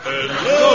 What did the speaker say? Hello